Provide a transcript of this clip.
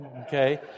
okay